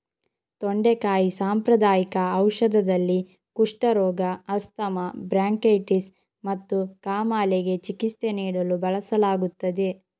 ತೊಂಡೆಕಾಯಿ ಸಾಂಪ್ರದಾಯಿಕ ಔಷಧದಲ್ಲಿ, ಕುಷ್ಠರೋಗ, ಆಸ್ತಮಾ, ಬ್ರಾಂಕೈಟಿಸ್ ಮತ್ತು ಕಾಮಾಲೆಗೆ ಚಿಕಿತ್ಸೆ ನೀಡಲು ಬಳಸಲಾಗುತ್ತದೆ